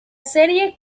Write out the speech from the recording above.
serie